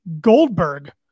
Goldberg